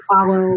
follow